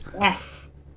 Yes